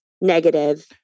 negative